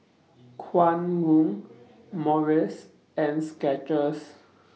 Kwan Loong Morries and Skechers